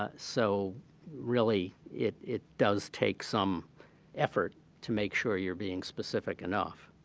ah so really it it does take some effort to make sure you're being specific enough.